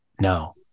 no